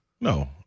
No